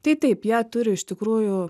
tai taip jie turi iš tikrųjų